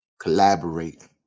Collaborate